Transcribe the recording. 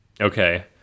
okay